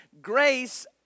Grace